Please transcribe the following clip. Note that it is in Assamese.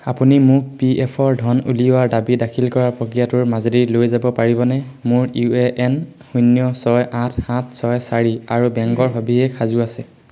আপুনি মোক পি এফৰ ধন উলিওৱাৰ দাবী দাখিল কৰা প্ৰক্ৰিয়াটোৰ মাজেদি লৈ যাব পাৰিবনে মোৰ ইউ এ এন শূন্য ছয় আঠ সাত ছয় চাৰি আৰু বেংকৰ সবিশেষ সাজু আছে